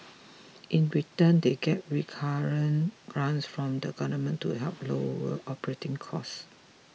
in return they get recurrent grants from the government to help lower operating costs